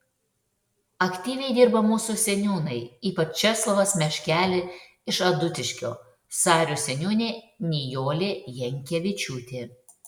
aktyviai dirba mūsų seniūnai ypač česlovas meškelė iš adutiškio sarių seniūnė nijolė jankevičiūtė